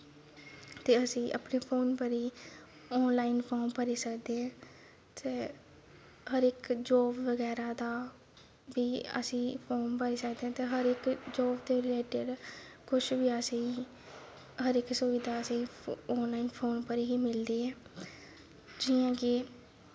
ते असें ई अपने फोन पर ई ऑनलाइन फॉर्म भरी सकदे आं ते हर इक जॉब बगैरा दा बी असी फॉर्म भरी सकदे ते हर इक जॉब दे रिलेटेड कुछ बी असें ई हर इक सुविधा असें ई ऑनलाइन फॉर्म भरियै मिलदी ऐ जि'यां कि